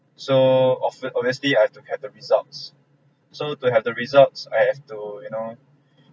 so often obviously I have to have the results so to have the results I have to you know